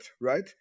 right